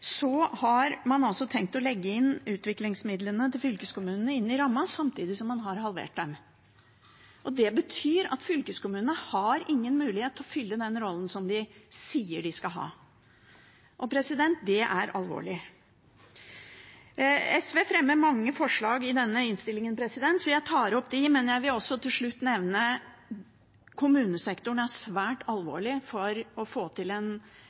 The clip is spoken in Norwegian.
har man altså tenkt å legge utviklingsmidlene til fylkeskommunene inn i rammen, samtidig som man har halvert dem. Det betyr at fylkeskommunene ikke har noen mulighet til å fylle den rollen som man sier de skal ha. Det er alvorlig. SV fremmer mange forslag i denne innstillingen, og jeg tar opp dem vi står bak alene. Jeg vil til slutt nevne at situasjonen for kommunesektoren er svært alvorlig for å få til en